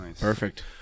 Perfect